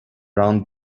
round